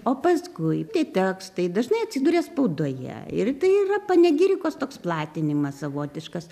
o paskui tie tekstai dažnai atsiduria spaudoje ir tai yra panegirikos toks platinimas savotiškas